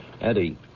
Eddie